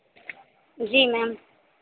जी ma'am